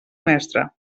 mestre